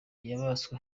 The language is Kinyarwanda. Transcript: inyamaswa